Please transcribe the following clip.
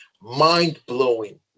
mind-blowing